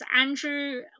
Andrew